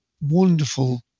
wonderful